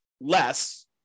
less